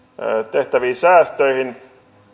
tehtäviin säästöihin